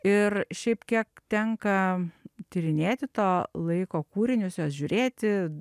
ir šiaip kiek tenka tyrinėti to laiko kūrinius juos žiūrėti